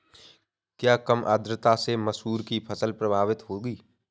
क्या कम आर्द्रता से मसूर की फसल प्रभावित होगी?